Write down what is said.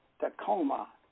Tacoma